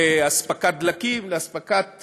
לאספקת דלקים, לאספקת